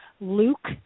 Luke